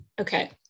Okay